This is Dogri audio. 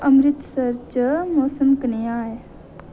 अमृतसर च मोसम कनेहा ऐ